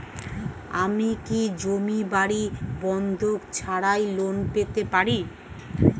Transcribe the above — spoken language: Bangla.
আমি কি জমি বাড়ি বন্ধক ছাড়াই লোন পেতে পারি?